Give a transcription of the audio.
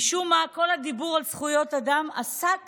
משום מה, כל הדיבור על זכויות אדם עסק